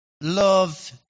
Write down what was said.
love